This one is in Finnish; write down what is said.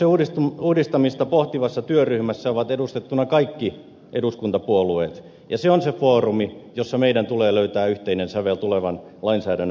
vaalirahoituksen uudistamista pohtivassa työryhmässä ovat edustettuina kaikki eduskuntapuolueet ja se on se foorumi jossa meidän tulee löytää yhteinen sävel tulevan lainsäädännön pohjaksi